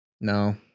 No